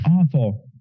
awful